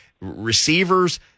Receivers